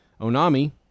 Onami